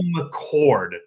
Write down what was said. McCord